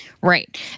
Right